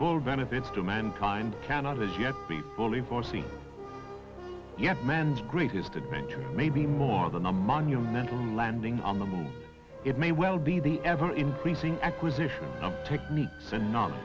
for benefits to mankind cannot as yet be fully foreseen yet man's greatest adventure maybe more than a monumental landing on the moon it may well be the ever increasing acquisition of techniques and not